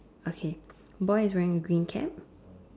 okay boy is wearing a green cap